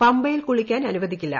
പമ്പയിൽ കുളിക്കാൻ അനുവദിക്കില്ല